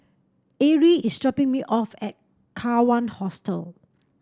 Arrie is dropping me off at Kawan Hostel